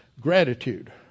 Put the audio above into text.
gratitude